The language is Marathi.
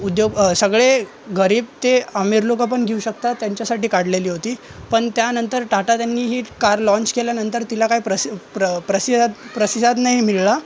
उद्योग सगळे गरीब ते अमीर लोकं पण घेऊ शकतात त्यांच्यासाठी काढलेली होती पण त्यानंतर टाटा त्यांनी ही कार लाँच केल्यानंतर तिला काही प्रसि प्र प्रसि प्रतिसाद नाही मिळला